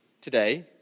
today